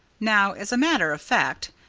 now, as a matter of fact,